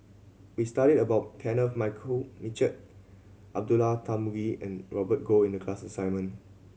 we studied about Kenneth Mitchell Abdullah Tarmugi and Robert Goh in the class assignment